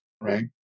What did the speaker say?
right